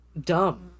dumb